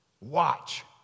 watch